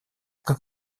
как